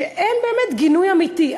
שאין גינוי אמיתי,